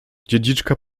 dziedziczka